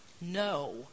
No